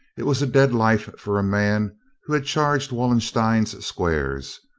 it was a dead life for a man who had charged wallenstein's squares,